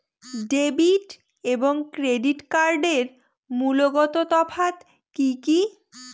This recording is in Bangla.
ডেবিট এবং ক্রেডিট কার্ডের মূলগত তফাত কি কী?